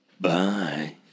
Bye